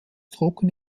trocken